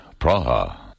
Praha